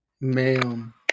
Ma'am